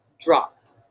dropped